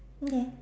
okay